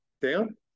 down